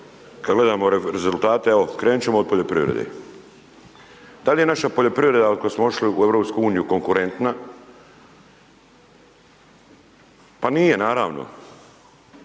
kad gledamo rezultate evo krenut ćemo od poljoprivrede. Da li je naš poljoprivreda ako smo ušli u EU konkurentna? Pa nije naravno,